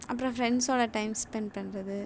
அப்புறம் ஃப்ரெண்ஸோடய time spent பண்ணுறது